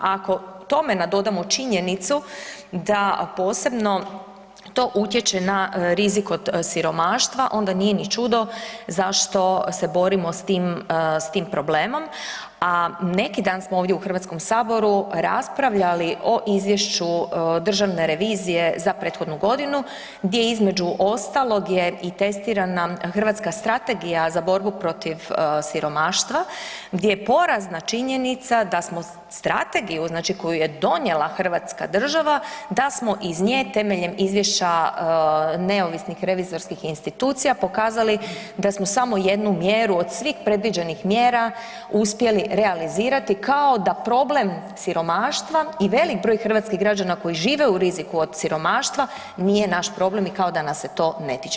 Ako tome nadodamo činjenicu da posebno to utječe na rizik od siromaštva, onda nije ni čudno zašto se borimo s tim problemom a neki dan smo ovdje u Hrvatskom saboru raspravljali o izvješću Državne revizije za prethodnu godinu gdje između ostalog je i testirana hrvatska Strategija za borbu protiv siromaštva gdje je porazna činjenica da smo strategiju znači koju je donijela hrvatska država, da smo iz nje temeljem izvješća neovisnih revizorskih institucija, pokazali da smo samo jednu mjeru od svih predviđenih mjera uspjeli realizirati kao da problem siromaštva i veliki broj hrvatskih građana koji žive u riziku od siromaštva nije naš problem i kao da nas se to ne tiče.